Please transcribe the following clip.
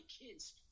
kids